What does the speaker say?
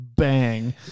bang